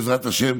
בעזרת השם,